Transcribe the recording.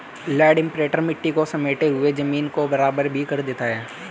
land imprinter मिट्टी को समेटते हुए जमीन को बराबर भी कर देता है